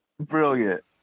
brilliant